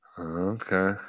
Okay